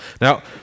Now